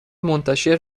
منتشر